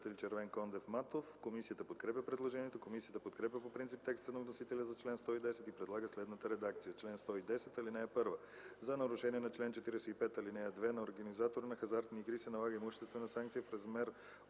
Комисията подкрепя предложението. Комисията подкрепя по принцип текста на вносителя и предлага следната редакция